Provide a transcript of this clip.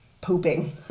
pooping